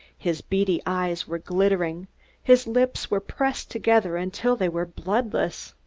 his beady eyes were glittering his lips were pressed together until they were bloodless.